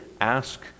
ask